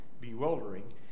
bewildering